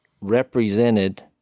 represented